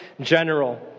general